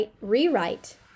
rewrite